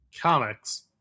Comics